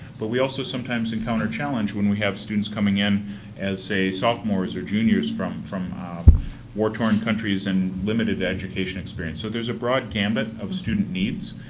but we also sometimes encounter challenge when we have students coming in as sat sophomores or juniors from from war-torn countries and limited education experience. so, there's a broad gamut of student needs.